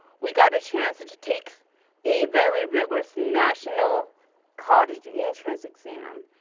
we got a chance to take a very rigorous national college entrance exam,